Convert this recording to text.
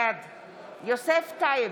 בעד יוסף טייב,